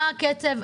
מה הקצב,